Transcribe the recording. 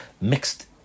mixed